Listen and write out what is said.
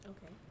Okay